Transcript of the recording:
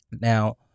Now